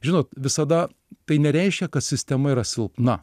žinot visada tai nereiškia kad sistema yra silpna